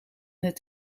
het